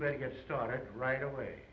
better get started right away